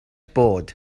bod